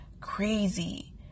crazy